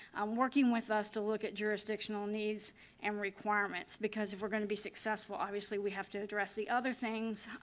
um working with us to look at jurisdictional needs and requirements because if we're going to be successful, obviously we have to address the other things,